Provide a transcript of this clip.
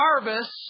harvest